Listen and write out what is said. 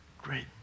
great